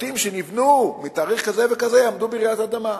הבתים שנבנו מתאריך כזה וכזה יעמדו ברעידת אדמה,